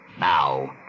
Now